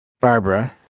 Barbara